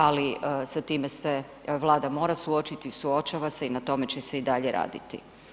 Ali s time se Vlada mora suočiti i suočava se i na tome će se i dalje raditi.